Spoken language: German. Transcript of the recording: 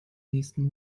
nächsten